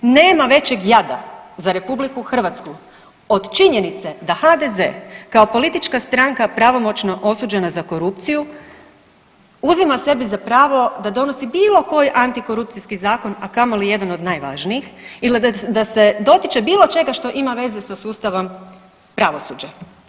Nema većeg jada za RH od činjenica da HDZ kao politička stranka pravomoćno osuđena za korupciju, uzima sebi za pravo da donosi bilo koji antikorupcijski zakon, a kamoli jedan od najvažnijih ili da se dotiče bilo čega što ima veze sa sustavom pravosuđa.